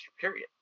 period